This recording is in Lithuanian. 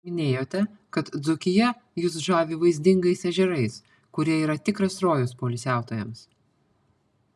minėjote kad dzūkija jus žavi vaizdingais ežerais kurie yra tikras rojus poilsiautojams